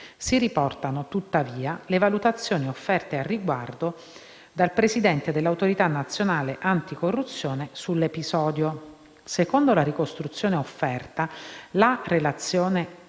Si riportano, tuttavia, le valutazioni offerte al riguardo del presidente dell’Autorità nazionale anticorruzione sull’episodio. Secondo la ricostruzione offerta, la relazione